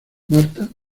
marta